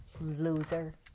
Loser